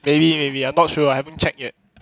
maybe maybe I'm not sure I haven't check yet